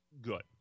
good